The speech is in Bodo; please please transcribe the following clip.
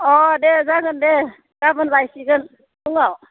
अ दे जागोन दे गाबोन लायसिगोन फुङाव